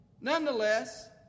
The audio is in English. Nonetheless